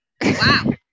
Wow